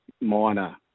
minor